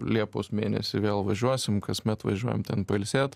liepos mėnesį vėl važiuosim kasmet važiuojam ten pailsėt